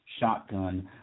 shotgun